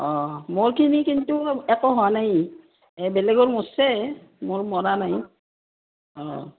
অঁ মোৰখিনি কিন্তু একো হোৱা নাই এই বেলেগৰ মৰছে মোৰ মৰা নাই অঁ